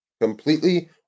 Completely